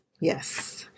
Yes